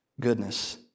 goodness